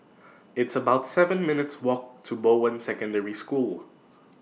It's about seven minutes' Walk to Bowen Secondary School